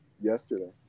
yesterday